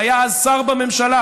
שהיה אז שר בממשלה,